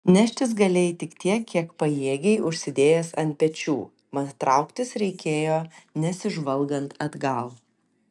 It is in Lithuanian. neštis galėjai tik tiek kiek pajėgei užsidėjęs ant pečių mat trauktis reikėjo nesižvalgant atgal